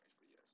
yes